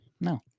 No